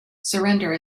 surrender